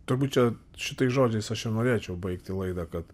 turbūt čia šitais žodžiais aš ir norėčiau baigti laidą kad